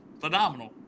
phenomenal